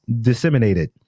disseminated